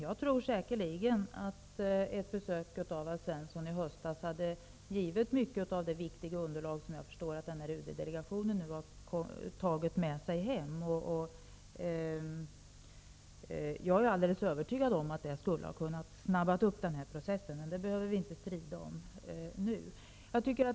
Fru talman! Ett besök av Alf Svensson i höstas hade säkerligen givit mycket av det viktiga underlag som jag förstår att UD-delegationen nu har tagit med sig hem. Det är min övertygelse att ett sådant besök skulle ha kunnat snabba upp processen. Men det behöver vi inte strida om nu.